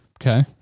Okay